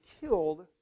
killed